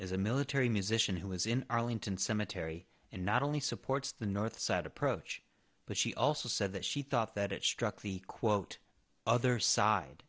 is a military musician who was in arlington cemetery and not only supports the north side approach but she also said that she thought that it struck the quote other side